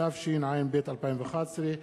התשע"ב 2011,